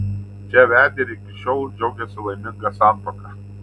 čia vedė ir iki šiol džiaugiasi laiminga santuoka